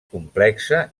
complexa